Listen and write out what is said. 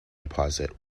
deposit